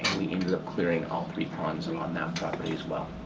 we ended up clearing all three ponds and on that property as well.